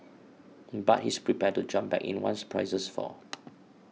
but he's prepared to jump back in once prices fall